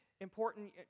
Important